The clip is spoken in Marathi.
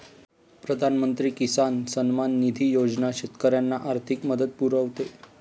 प्रधानमंत्री किसान सन्मान निधी योजना शेतकऱ्यांना आर्थिक मदत पुरवते